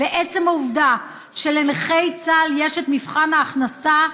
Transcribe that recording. ועצם העובדה שלנכי צה"ל יש מבחן הכנסה,